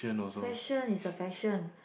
fashion is a fashion